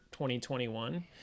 2021